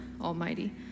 Almighty